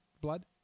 blood